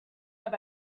have